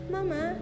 Mama